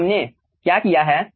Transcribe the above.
तो हमने क्या किया है